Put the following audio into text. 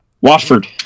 Watford